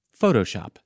Photoshop